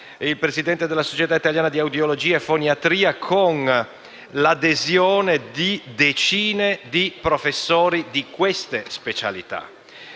il Presidente della Società italiana di audiologia e foniatria e decine di professori di queste specialità